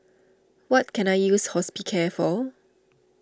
what can I use Hospicare for